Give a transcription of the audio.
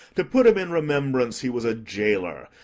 to put him in remembrance he was a jailor,